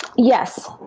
yes.